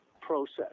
process